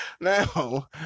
now